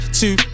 two